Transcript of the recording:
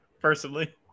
personally